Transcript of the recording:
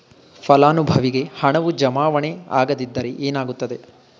ಫಲಾನುಭವಿಗೆ ಹಣವು ಜಮಾವಣೆ ಆಗದಿದ್ದರೆ ಏನಾಗುತ್ತದೆ?